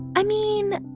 i mean,